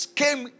came